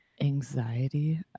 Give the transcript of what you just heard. anxiety